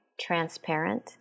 transparent